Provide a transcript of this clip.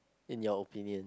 in your opinion